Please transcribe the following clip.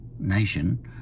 Nation